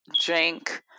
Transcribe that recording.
drink